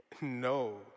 No